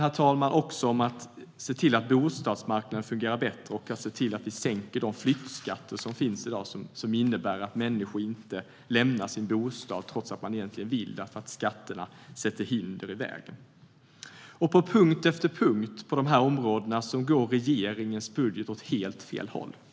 Det handlar om att se till att bostadsmarknaden fungerar bättre och om att sänka de flyttskatter som finns i dag och som innebär att människor inte lämnar sin bostad trots att de egentligen vill, därför att skatterna lägger hinder i vägen. På punkt efter punkt på dessa områden går regeringens budget åt helt fel håll.